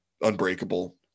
Unbreakable